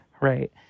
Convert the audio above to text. right